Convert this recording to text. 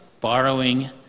Borrowing